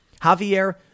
Javier